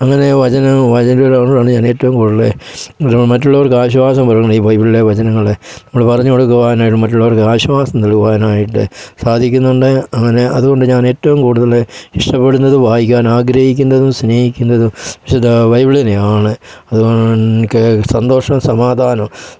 അങ്ങനെ വചനങ്ങൾ ബൈബിളാണ് ഞാൻ ഏറ്റവും കൂടുതൽ മറ്റുള്ളവർക്ക് ആശ്വാസം വരും ഈ ബൈബിളിലെ വചനങ്ങളെ നമ്മൾ പറഞ്ഞു കൊടുക്കുവാനായിട്ട് മറ്റുള്ളവർക്ക് ആശ്വാസാം നല്കുവാനായിട്ട് സാധിക്കുന്നുണ്ട് അങ്ങനെ അതുകൊണ്ട് ഞാൻ ഏറ്റവും കൂടുതൽ ഇഷ്ടപ്പെടുന്നതും വായിക്കാൻ ആഗ്രഹിക്കുന്നതും സ്നേഹിക്കുന്നതും വിശുദ്ധ ബൈബിളിനെയാണ് എനിക്ക് സന്തോഷവും സമാധനവും